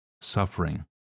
suffering